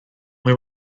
mae